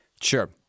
Sure